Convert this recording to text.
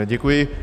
Děkuji.